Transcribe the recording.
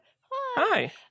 Hi